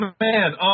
man